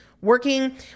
working